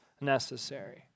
necessary